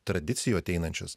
tradicijų ateinančius